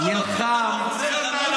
תוציא אותנו.